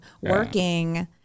working